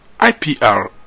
IPR